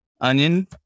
onion